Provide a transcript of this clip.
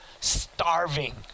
starving